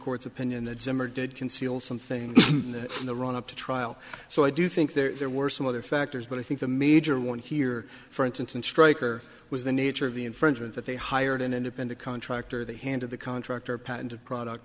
court's opinion that zimmer did conceal something in the run up to trial so i do think there were some other factors but i think the major one here for instance in stryker was the nature of the infringement that they hired an independent contractor the hand of the contractor patented product